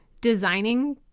designing